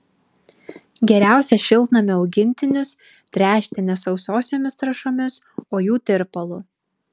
geriausia šiltnamio augintinius tręšti ne sausosiomis trąšomis o jų tirpalu